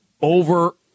over